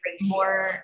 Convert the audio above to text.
more